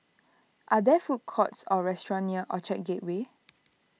are there food courts or restaurants near Orchard Gateway